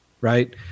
right